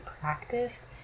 practiced